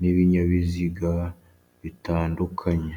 n'ibinyabiziga bitandukanye.